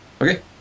Okay